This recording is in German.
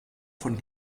von